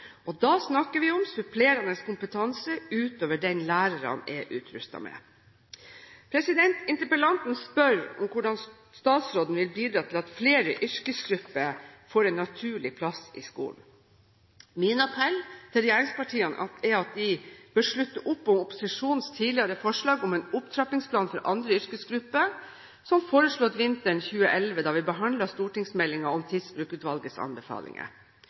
Da snakker vi om supplerende kompetanse utover den lærerne er utrustet med. Interpellanten spør om hvordan statsråden vil bidra til at flere yrkesgrupper får en naturlig plass i skolen. Min appell til regjeringspartiene er at de bør slutte opp om opposisjonens tidligere forslag om en opptrappingsplan for andre yrkesgrupper, som foreslått vinteren 2011 da vi behandlet stortingsmeldingen om Tidsbrukutvalgets anbefalinger.